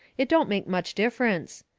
it don't make much difference.